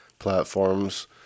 platforms